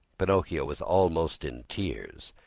pinocchio was almost in tears.